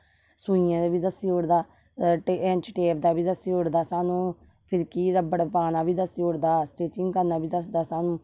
सूइयें दा बी दस्सी ओड़दा ऐंचीटेप दा बी दस्सी ओड़दा सानू फिरकी दा बड़ा दस्सी ओड़दा स्टिचिंग करना बी दस्सदी सानू